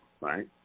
right